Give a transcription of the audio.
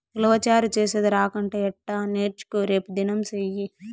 ఉలవచారు చేసేది రాకంటే ఎట్టా నేర్చుకో రేపుదినం సెయ్యి